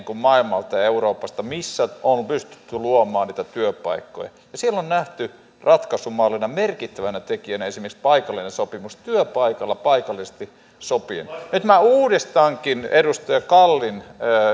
maailmalta ja euroopasta missä on pystytty luomaan niitä työpaikkoja ja siellä on nähty ratkaisumallina merkittävänä tekijänä esimerkiksi paikallinen sopimus työpaikalla paikallisesti sopien nyt minä uudistankin edustaja kallin